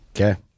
okay